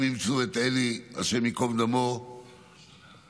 הם אימצו את אלי, ה' ייקום דמו, כבן,